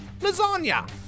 Lasagna